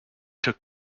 took